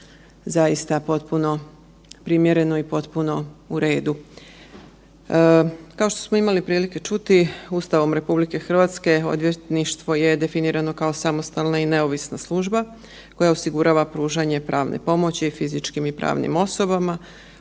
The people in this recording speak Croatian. zaista potpuno primjereno i potpuno u redu. Kao što smo imali prilike čuti, Ustavom RH, odvjetništvo je definirano kao samostalna i neovisna služba koja osigurava pružanje pravne pomoći fizičkim i pravnim osobama